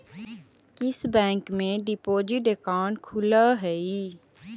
किस बैंक में deposit account खुलअ हई